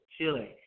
Chile